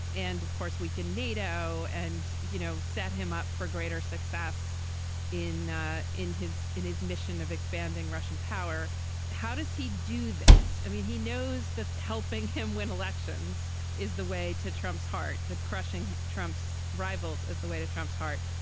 and of course we can nato and you know set him up for greater success in ah in his in his mission of expanding russian power how does he do this. i mean he knows that helping him win elections is the way to trump's heart. that crushing trump's rivals is the way to trump's heart.